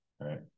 right